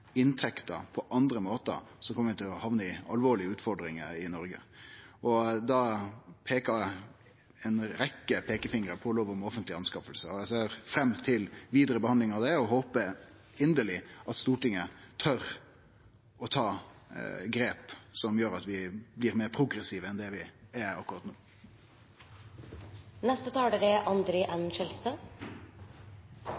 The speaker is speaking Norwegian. inntekter på andre måtar, kjem vi til å få alvorlege utfordringar i Noreg. Då peikar ei rekkje peikefingrar på loven om offentlege anskaffingar. Eg ser fram til vidare behandling av det, og eg håpar inderleg at Stortinget tør å ta grep som gjer at vi blir meir progressive enn det vi er akkurat